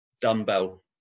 dumbbell